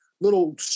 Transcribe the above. little